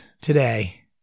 today